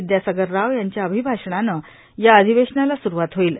विद्यासागर राव यांच्या अभिभाषणानं या अधिवेशनाला सुरूवात होईल